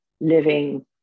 living